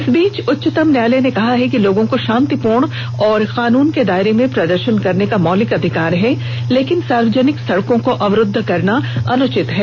इस बीच उच्चतम न्यायालय ने कहा है कि लोगों को शांतिपूर्ण और कानून के दायरे में प्रदर्शन करने का मौलिक अधिकार है लेकिन सार्वजनिक सड़कों को अवरूद्ध करना अनुचित है